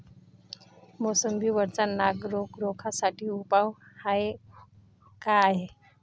मोसंबी वरचा नाग रोग रोखा साठी उपाव का हाये?